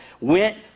went